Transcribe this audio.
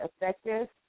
effective